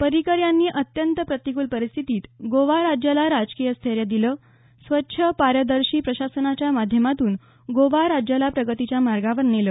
पर्रिकर यांनी अत्यंत प्रतिकूल परिस्थितीत गोवा राज्याला राजकीय स्थैर्य दिलं स्वच्छ पारदर्शी प्रशासनाच्या माध्यमातून गोवा राज्याला प्रगतीच्या मार्गावर नेलं